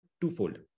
twofold